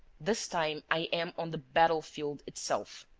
this time i am on the battlefield itself.